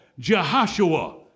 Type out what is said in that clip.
Jehoshua